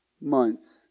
months